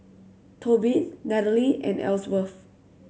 Tobin Natalie and Ellsworth